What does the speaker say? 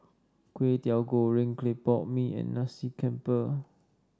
Kway Teow Goreng Clay Pot Mee and Nasi Campur